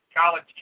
college